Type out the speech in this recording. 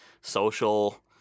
social